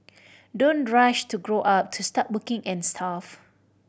don't rush to grow up to start working and stuff